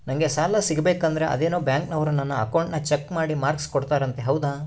ನಂಗೆ ಸಾಲ ಸಿಗಬೇಕಂದರ ಅದೇನೋ ಬ್ಯಾಂಕನವರು ನನ್ನ ಅಕೌಂಟನ್ನ ಚೆಕ್ ಮಾಡಿ ಮಾರ್ಕ್ಸ್ ಕೊಡ್ತಾರಂತೆ ಹೌದಾ?